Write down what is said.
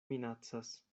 minacas